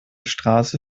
straße